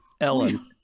Ellen